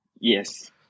Yes